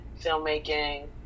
filmmaking